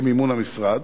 במימון המשרד,